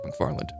McFarland